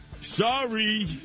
Sorry